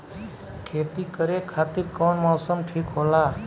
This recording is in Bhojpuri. खेती करे खातिर कौन मौसम ठीक होला?